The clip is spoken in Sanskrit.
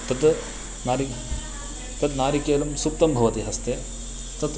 तत् नारि तत् नारिकेलं सुप्तं भवति हस्ते तत्